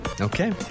Okay